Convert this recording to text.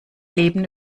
leben